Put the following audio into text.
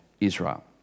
Israel